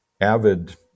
Avid